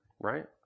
right